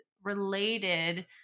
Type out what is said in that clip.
related